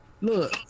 Look